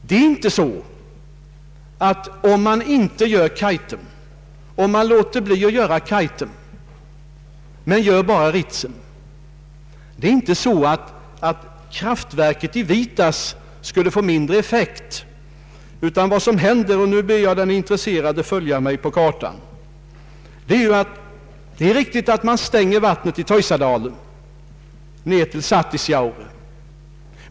Det är inte så att om man inte bygger Kaitum men bara Ritsem så skulle kraftverket i Vietas få mindre effekt. Vad som händer — och nu ber jag den intresserade att följa med på kartan är att man stänger vattnet i Teusadalen ned till Satisjaure.